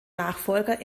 nachfolger